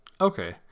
Okay